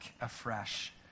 afresh